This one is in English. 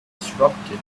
disrupted